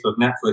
Netflix